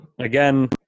again